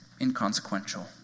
inconsequential